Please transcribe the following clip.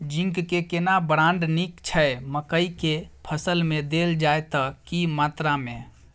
Zinc के केना brand नीक छैय मकई के फसल में देल जाए त की मात्रा में?